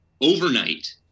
overnight